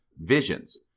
visions